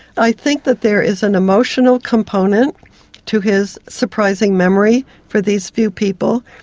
i think that there is an emotional component to his surprising memory for these few people.